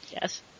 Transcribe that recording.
yes